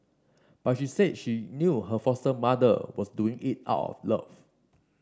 but she said she knew her foster mother was doing it out of love